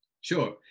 sure